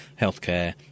healthcare